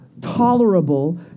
tolerable